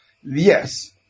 yes